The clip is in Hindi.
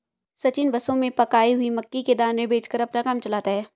सचिन बसों में पकाई हुई मक्की के दाने बेचकर अपना काम चलाता है